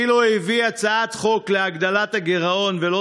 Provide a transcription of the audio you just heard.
אילו הביא הצעת חוק להגדלת הגירעון ולא